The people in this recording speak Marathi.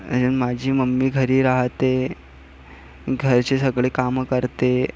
आणि माझी मम्मी घरी राहते घरचे सगळे कामं करते